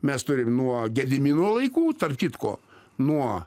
mes turim nuo gedimino laikų tarp kitko nuo